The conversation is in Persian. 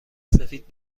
سفید